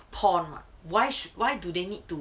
porn what why why do they need to